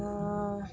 অঁ